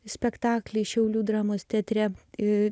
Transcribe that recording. spektaklį šiaulių dramos teatre ir